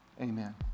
amen